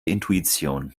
intuition